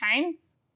chains